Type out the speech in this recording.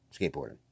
skateboarding